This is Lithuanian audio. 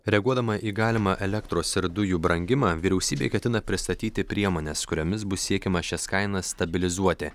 reaguodama į galimą elektros ir dujų brangimą vyriausybė ketina pristatyti priemones kuriomis bus siekiama šias kainas stabilizuoti